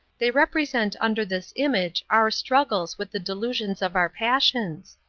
they represent under this image our struggles with the delusions of our passions.